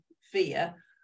fear